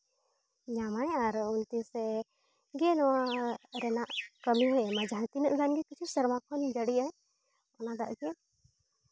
ᱧᱟᱢᱟᱭ ᱟᱨ ᱛᱤᱥᱮ ᱜᱮ ᱱᱚᱣᱟ ᱨᱮᱱᱟᱜ ᱠᱟᱹᱢᱤ ᱦᱚᱭ ᱮᱢᱟ ᱡᱟᱦᱟᱸ ᱛᱤᱱᱟᱹᱜ ᱜᱟᱱ ᱜᱮ ᱠᱤᱪᱷᱩ ᱥᱮᱨᱢᱟ ᱠᱷᱚᱱᱜᱮ ᱡᱟᱹᱲᱤᱭᱟᱭ ᱚᱱᱟ ᱫᱟᱜ ᱜᱮ